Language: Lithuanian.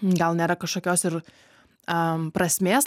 gal nėra kažkokios ir a prasmės